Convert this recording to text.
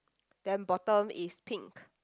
then bottom is pink